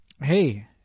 Hey